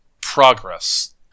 progress